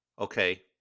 Okay